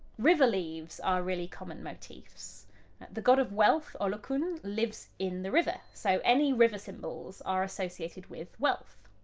river leaves are really common motif. so the god of wealth, olokun, lives in the river, so any river symbols are associated with wealth.